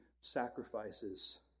sacrifices